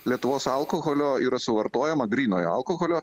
lietuvos alkoholio yra suvartojama grynojo alkoholio